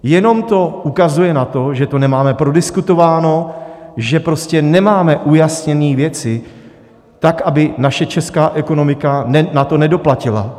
Jenom to ukazuje na to, že to nemáme prodiskutováno, že prostě nemáme ujasněny věci tak, aby naše česká ekonomika na to nedoplatila.